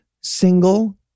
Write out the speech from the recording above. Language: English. single